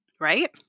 Right